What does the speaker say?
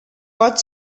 pot